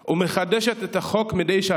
ומחדשת את החוק מדי שנה.